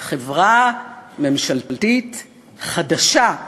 חברה ממשלתית חדשה.